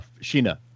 Sheena